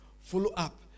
Follow-up